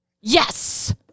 yes